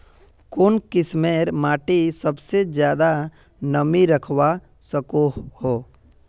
कुन किस्मेर माटी सबसे ज्यादा नमी रखवा सको हो?